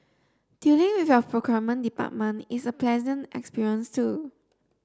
dealing with your procurement department is a pleasant experience too